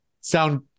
sound